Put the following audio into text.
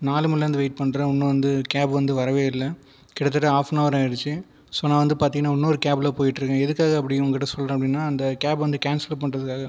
நாலு மணிலிருந்து வெயிட் பண்ணுறேன் இன்னும் வந்து கேப் வந்து வரவே இல்லை கிட்டத்தட்ட ஹாஃப் ஆன் அவர் ஆகிடுச்சி ஸோ நான் வந்து பார்த்தீங்கன்னா இன்னொரு கேப்பில் போய்கிட்டுருக்க எதுக்காக அப்படினு உங்கள் கிட்டே சொல்கிறேன் அப்படினா அந்த கேப் வந்து கேன்சல் பண்ணுறதுக்காக